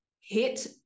hit